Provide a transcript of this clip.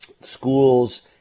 schools